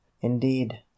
indeed